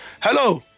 Hello